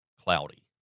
cloudy